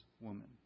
woman